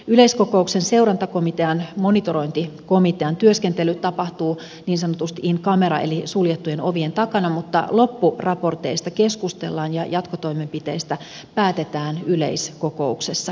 yleiskokouksen seurantakomitean monitorointikomitean työskentely tapahtuu niin sanotusti in camera eli suljettujen ovien takana mutta loppuraporteista keskustellaan ja jatkotoimenpiteistä päätetään yleiskokouksessa